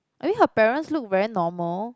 I mean her parents look very normal